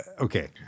Okay